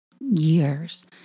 years